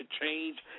change